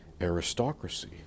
aristocracy